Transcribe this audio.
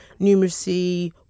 numeracy